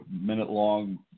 minute-long